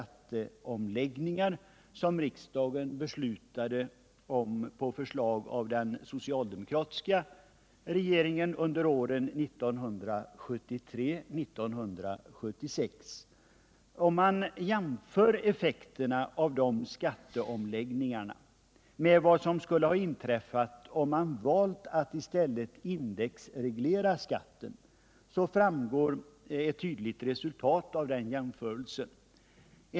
Om man jämför effekterna av de skatteomläggningarna med vad som skulle ha inträffat, om man i stället valt att indexreglera skatten, framgår ett tydligt resultat av den jämförelsen.